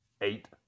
eight